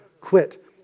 quit